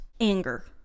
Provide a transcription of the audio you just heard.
anger